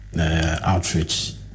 outreach